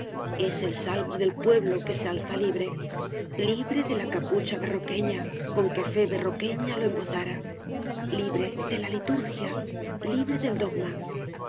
es el salmo del pueblo que se alza libre libre de la capucha berroqueña con que fé berroqueña lo embozara libre de la liturgia libre del dogma